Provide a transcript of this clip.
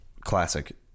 classic